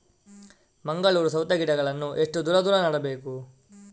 ಮಂಗಳೂರು ಸೌತೆ ಗಿಡಗಳನ್ನು ಎಷ್ಟು ದೂರ ದೂರ ನೆಡಬೇಕು?